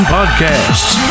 Podcasts